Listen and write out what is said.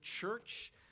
church